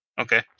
Okay